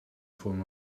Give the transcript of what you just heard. form